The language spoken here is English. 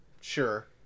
Sure